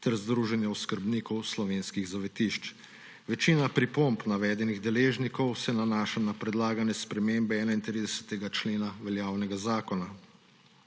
ter Združenja oskrbnikov slovenskih zavetišč. Večina pripomb navedenih deležnikov se nanaša na predlagane spremembe 31. člena veljavnega zakona.